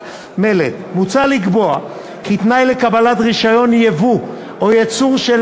מוצע לקבוע כי תנאי לקבלת רישיון ייבוא או ייצור של